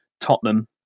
Tottenham